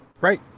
Right